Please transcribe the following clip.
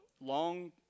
long